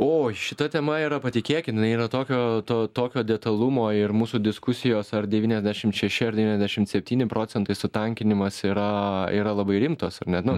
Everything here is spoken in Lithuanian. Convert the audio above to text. oi šita tema yra patikėkit jinai yra tokio to tokio detalumo ir mūsų diskusijos ar devyniasdešim šeši ar devyniasdešim septyni procentai sutankinimas yra yra labai rimtos ar ne nu